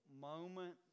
moment